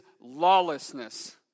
lawlessness